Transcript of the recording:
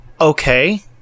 okay